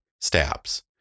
stabs